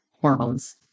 hormones